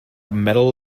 medal